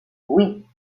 oui